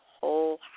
whole